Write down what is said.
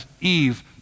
Eve